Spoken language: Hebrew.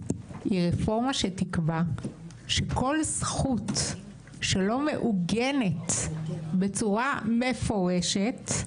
היא רפורמה שתקבע שכל זכות שלא מעוגנת בצורה מפורשת,